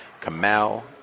Kamal